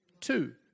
two